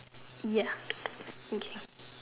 ya okay